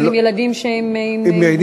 אבל לגבי ילדים עם מוגבלות.